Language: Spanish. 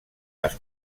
las